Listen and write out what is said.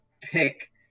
pick